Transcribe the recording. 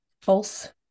false